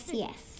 yes